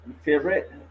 Favorite